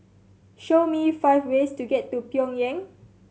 show me five ways to get to Pyongyang